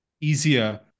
easier